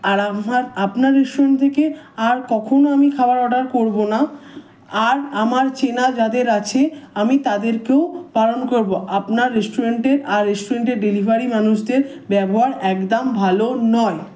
আর আমার আপনার রেস্টুরেন্ট থেকে আর কখনও আমি খাবার অর্ডার করবো না আর আমার চেনা যাদের আছে আমি তাদেরকেও বারণ করবো আপনার রেস্টুরেন্টের আর রেস্টুরেন্টের ডেলিভারি মানুষদের ব্যবহার একদম ভালো নয়